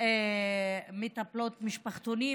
מטפלות משפחתונים,